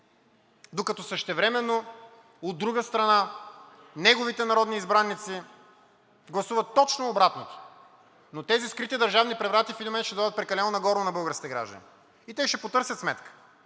докато същевременно от друга страна неговите народни избраници гласуват точно обратното. Тези скрити държавни преврати в един момент ще дойдат прекалено нагорно на българските граждани и те ще потърсят сметка